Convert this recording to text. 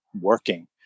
working